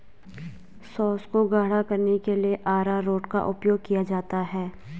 sauce को गाढ़ा करने के लिए अरारोट का उपयोग किया जाता है